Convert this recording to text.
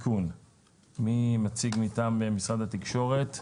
מי מציג מטעם משרד התקשורת?